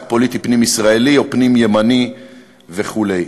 פוליטי פנים-ישראלי או פנים-ימני וכו'.